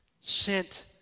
sent